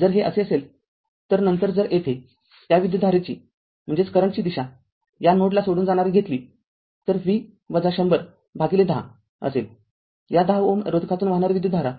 जर हे असे असेल तरनंतर जर येथे त्या विद्युतधारेची दिशा या नोडला सोडून जाणारी घेतली तर ती V १०० भागिले १० असेल या १०Ω रोधकातून वाहणारी विद्युतधारा